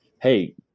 hey